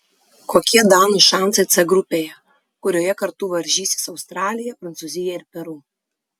kokie danų šansai c grupėje kurioje kartu varžysis australija prancūzija ir peru